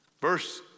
Verse